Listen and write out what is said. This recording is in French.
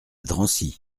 drancy